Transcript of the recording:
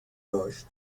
داشت